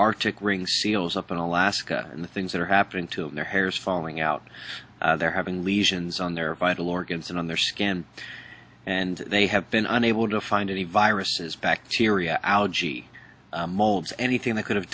arctic ring seals up in alaska and the things that are happening to their hairs following out there having lesions on their vital organs and on their skin and they have been unable to find any viruses bacteria algae molds anything that could have